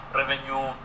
revenue